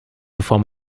bevor